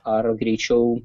ar greičiau